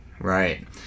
right